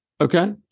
Okay